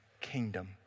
kingdom